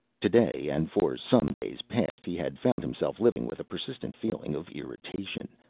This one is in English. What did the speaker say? today, and for some days past, he had found himself living with a persistent feeling of irritation,